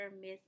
miss